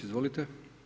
Izvolite.